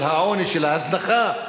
של העוני ושל ההזנחה.